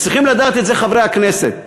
וצריכים לדעת את זה חברי הכנסת.